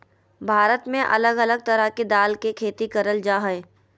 भारत में अलग अलग तरह के दाल के खेती करल जा हय